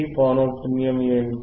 ఈ పౌనఃపున్యం ఏమిటి